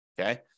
Okay